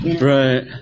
Right